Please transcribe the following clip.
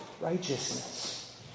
righteousness